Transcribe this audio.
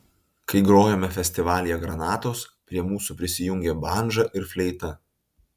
kai grojome festivalyje granatos prie mūsų prisijungė bandža ir fleita